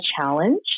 challenge